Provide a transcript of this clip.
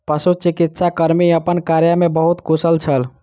पशुचिकित्सा कर्मी अपन कार्य में बहुत कुशल छल